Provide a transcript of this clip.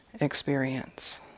experience